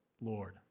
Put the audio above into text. lord